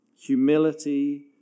humility